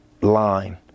line